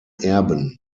erben